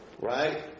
right